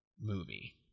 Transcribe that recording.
movie